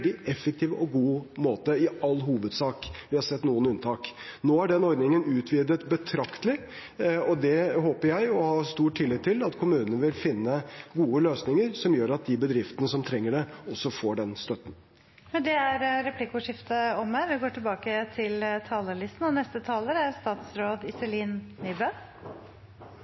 effektiv og god måte – i all hovedsak, vi har sett noen unntak. Nå er den ordningen utvidet betraktelig, og jeg håper og har stor tillit til at kommunene vil finne gode løsninger, som gjør at de bedriftene som trenger det, også får denne støtten. Replikkordskiftet er omme. Gratulerer med dagen fra meg også, president! Regjeringen følger nøye med på konsekvensene for næringslivet av de smitteverntiltakene som er